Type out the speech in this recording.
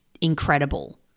incredible